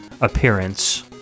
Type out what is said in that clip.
appearance